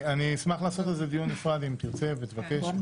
אני אשמח לעשות על זה דיון נפרד אם תרצה ותבקש.